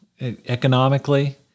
economically